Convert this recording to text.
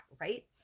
right